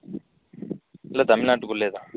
இல்லை தமிழ்நாட்டுக்குள்ளேயே தான்